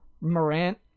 Morant